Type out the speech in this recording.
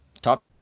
Top